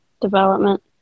development